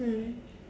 mm